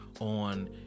on